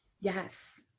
Yes